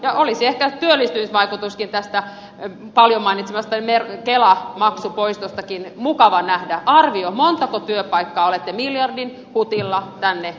ja olisi ehkä työllistämisvaikutuskin tästä paljon mainitsemastanne kelamaksun poistostakin mukava nähdä arvio montako työpaikkaa olette miljardin hutilla tänne tuonut